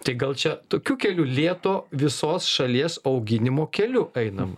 tai gal čia tokiu keliu lėto visos šalies auginimo keliu einam